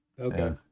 okay